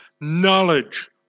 knowledge